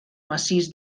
massís